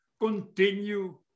Continue